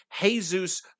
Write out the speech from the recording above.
Jesus